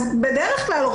אז בדרך כלל,